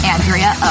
Andrea